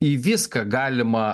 į viską galima